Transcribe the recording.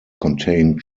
contain